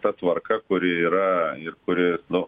ta tvarka kuri yra ir kuri nu